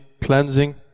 cleansing